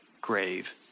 grave